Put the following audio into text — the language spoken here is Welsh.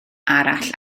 arall